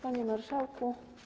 Panie Marszałku!